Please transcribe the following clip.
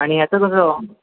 आणि याचं कसं